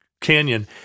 canyon